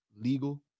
legal